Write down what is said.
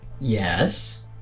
Yes